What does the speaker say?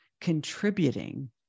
contributing